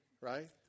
right